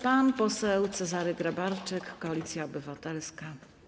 Pan poseł Cezary Grabarczyk, Koalicja Obywatelska.